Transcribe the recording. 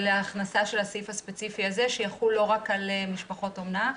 ולהכנסה של הסעיף הספציפי הזה שיחול לא רק על משפחות אומנה,